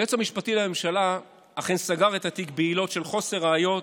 היועץ המשפטי לממשלה אכן סגר את התיק בעילות של חוסר ראיות,